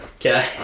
Okay